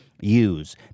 use